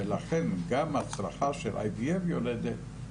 ולכן גם הצלחה של טיפולי IVF יורדת.